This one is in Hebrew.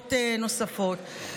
דירות נוספות.